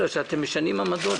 בגלל שאתם משנים עמדות כל הזמן.